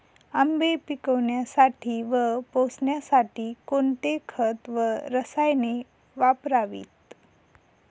आंबे पिकवण्यासाठी व पोसण्यासाठी कोणते खत व रसायने वापरावीत?